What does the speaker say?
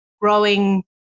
growing